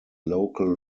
local